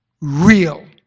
real